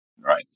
right